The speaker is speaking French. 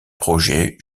projets